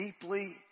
deeply